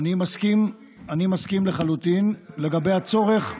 אני מסכים לחלוטין לגבי הצורך,